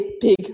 big